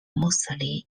mostly